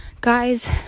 guys